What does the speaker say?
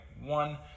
one